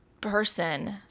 person